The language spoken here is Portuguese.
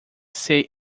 ser